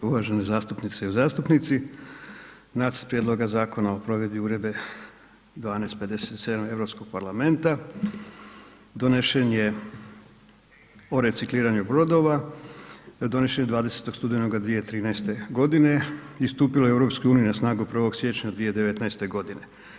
Uvažene zastupnice i zastupnici Nacrt Prijedloga Zakona o provedbi Uredbe 1257 Europskog parlamenta donesen je o recikliranju brodova, donesen je 20. studenoga 2013. godine i stupilo je u EU na snagu od 1. siječnja 2019. godine.